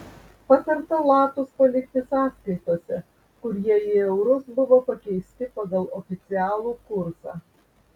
patarta latus palikti sąskaitose kur jie į eurus buvo pakeisti pagal oficialų kursą